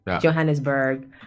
Johannesburg